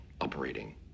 operating